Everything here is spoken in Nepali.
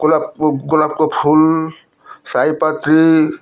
गुलाबको गुलाबको फुल सयपत्री